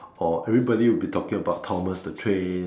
or everybody will be talking about Thomas the train